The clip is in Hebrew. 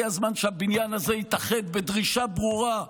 הגיע הזמן שהבניין הזה יתאחד בדרישה ברורה: